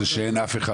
זה שאין אף אחד